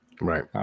Right